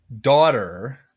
daughter